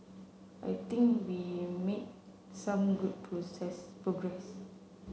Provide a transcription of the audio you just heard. I think we made some good progress